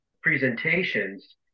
presentations